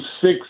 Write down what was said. six